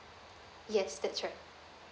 yes that's right